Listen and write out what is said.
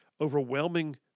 overwhelming